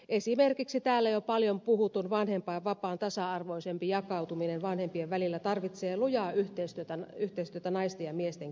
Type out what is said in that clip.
esimerkiksi täällä jo paljon puhutun vanhempainvapaan tasa arvoisempi jakautuminen vanhempien välillä tarvitsee lujaa yhteistyötä naisten ja miesten kesken